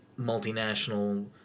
multinational